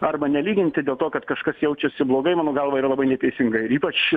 arba nelyginti dėl to kad kažkas jaučiasi blogai mano galva yra labai neteisinga ir ypač